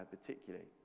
particularly